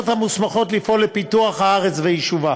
המוסמכות לפעול לפיתוח הארץ ויישובה,